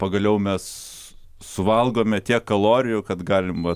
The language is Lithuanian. pagaliau mes suvalgome tiek kalorijų kad galim